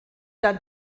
dann